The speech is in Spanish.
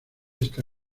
esta